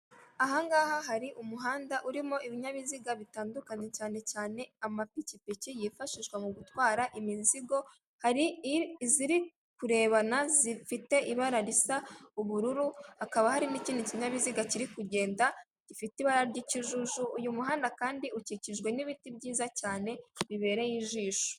Ahangaha hari umuhanda urimo ibinyabiziga bitandukanye, cyane cyane amapikipiki yifashishwa mu gutwara imizigo. Hari iziri kurebana zifite ibara risa ubururu hakaba hari n'ikindi kinyabiziga kiri kugenda gifite ibara ry'ikijuju. Uyu muhanda kandi, ukikijwe n'ibiti byiza cyane bibereye ijisho.